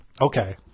Okay